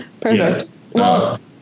Perfect